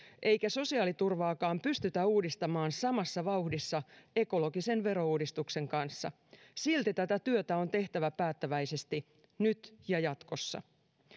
eikä sosiaaliturvaakaan pystytä uudistamaan samassa vauhdissa ekologisen verouudistuksen kanssa silti tätä työtä on tehtävä päättäväisesti nyt ja jatkossa